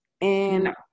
And-